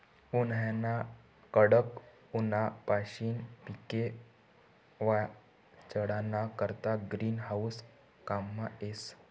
उन्हायाना कडक ऊनपाशीन पिके वाचाडाना करता ग्रीन हाऊस काममा येस